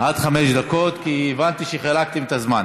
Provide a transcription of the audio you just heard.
עד חמש דקות, כי הבנתי שחילקתם את הזמן.